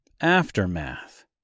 Aftermath